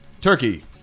turkey